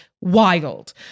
wild